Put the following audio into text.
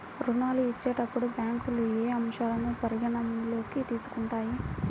ఋణాలు ఇచ్చేటప్పుడు బ్యాంకులు ఏ అంశాలను పరిగణలోకి తీసుకుంటాయి?